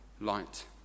light